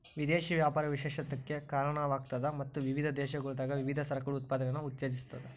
ವಿದೇಶಿ ವ್ಯಾಪಾರ ವಿಶೇಷತೆಕ್ಕ ಕಾರಣವಾಗ್ತದ ಮತ್ತ ವಿವಿಧ ದೇಶಗಳೊಳಗ ವಿವಿಧ ಸರಕುಗಳ ಉತ್ಪಾದನೆಯನ್ನ ಉತ್ತೇಜಿಸ್ತದ